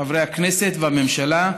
חברי הכנסת והממשלה,